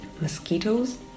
Mosquitoes